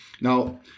Now